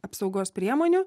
apsaugos priemonių